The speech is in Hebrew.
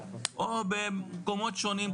או במקומות שונים,